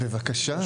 בבקשה.